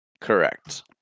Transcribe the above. Correct